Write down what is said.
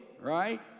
right